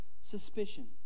suspicion